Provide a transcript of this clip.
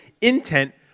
intent